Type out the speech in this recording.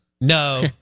no